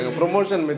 promotion